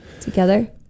together